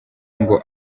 ngo